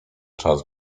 czas